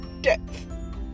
death